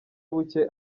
buke